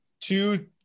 two